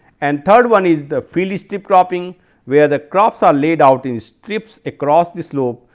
and third-one is the field strip cropping where the crops are laid out in strips across the slope,